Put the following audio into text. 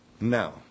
Now